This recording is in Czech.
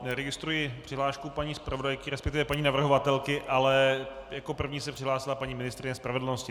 Registruji přihlášku paní zpravodajky, resp. navrhovatelky, ale jako první se přihlásila paní ministryně spravedlnosti.